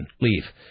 Leave